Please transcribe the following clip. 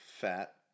fat